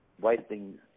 wasting